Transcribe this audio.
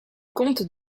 comte